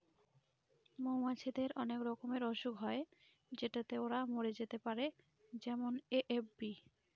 মৌমাছিদের অনেক রকমের অসুখ হয় যেটাতে ওরা মরে যেতে পারে যেমন এ.এফ.বি